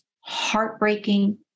heartbreaking